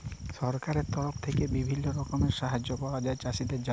সরকারের তরফ থেক্যে বিভিল্য রকমের সাহায্য পায়া যায় চাষীদের জন্হে